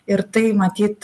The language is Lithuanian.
ir tai matyt